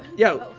yeah.